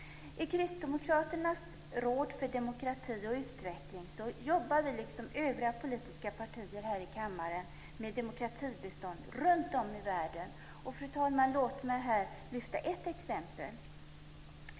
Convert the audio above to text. I Kristdemokraternas råd för demokrati och utveckling jobbar vi, liksom övriga politiska partier här i kammaren, med demokratibistånd runtom i världen. Fru talman, låt mig här lyfta fram ett exempel.